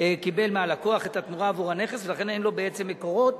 קיבל מהלקוח את התמורה בעבור הנכס ולכן אין לו בעצם מקורות